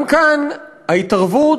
גם כאן ההתערבות